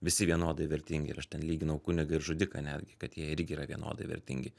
visi vienodai vertingi ir aš ten lyginau kunigą ir žudiką netgi kad jie irgi yra vienodai vertingi